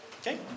Okay